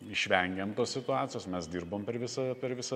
išvengėm tos situacijos mes dirbom per visą per visą